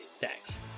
thanks